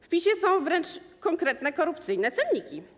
W PiS-ie są wręcz konkretne korupcyjne cenniki.